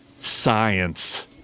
science